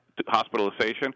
hospitalization